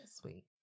sweet